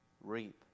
reap